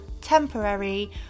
temporary